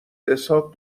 اسحاق